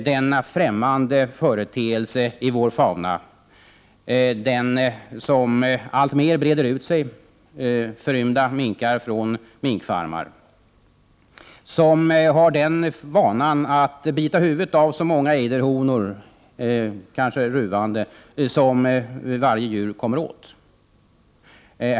Denna främmande företeelse i vår fauna, som alltmer breder ut sig genom förrymda minkar från minkfarmar, har vanan att bita huvudet av så många ejderhonor, kanske ruvande, som varje djur kommer åt.